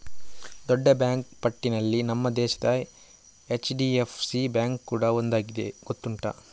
ದೊಡ್ಡ ಬ್ಯಾಂಕು ಪಟ್ಟಿನಲ್ಲಿ ನಮ್ಮ ದೇಶದ ಎಚ್.ಡಿ.ಎಫ್.ಸಿ ಬ್ಯಾಂಕು ಕೂಡಾ ಒಂದಾಗಿದೆ ಗೊತ್ತುಂಟಾ